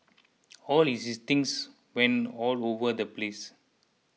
all his things went all over the place